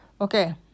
okay